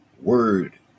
word